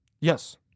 Yes